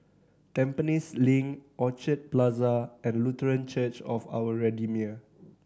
Tampines Link Orchid Plaza and Lutheran Church of Our Redeemer